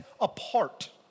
apart